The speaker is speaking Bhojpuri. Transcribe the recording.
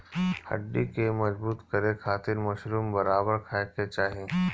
हड्डी के मजबूत करे खातिर मशरूम बराबर खाये के चाही